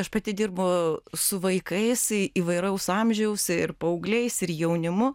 aš pati dirbu su vaikais į įvairaus amžiaus ir paaugliais ir jaunimu